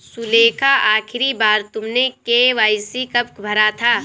सुलेखा, आखिरी बार तुमने के.वाई.सी कब भरा था?